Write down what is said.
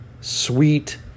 sweet